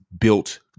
built